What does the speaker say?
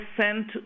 sent